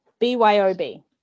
BYOB